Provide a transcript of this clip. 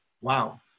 wow